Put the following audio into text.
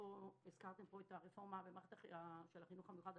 הזכרתם את הרפורמה של החינוך המיוחד.